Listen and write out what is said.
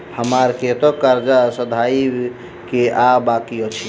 हमरा कतेक कर्जा सधाबई केँ आ बाकी अछि?